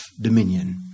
dominion